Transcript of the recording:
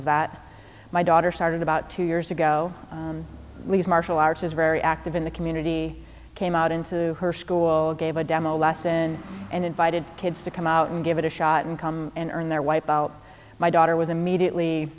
of that my daughter started about two years ago lee's martial arts is very active in the community came out into her school gave a demo lesson and invited kids to come out and give it a shot and come and earn their wipe out my daughter was immediately